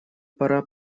пора